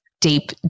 deep